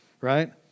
right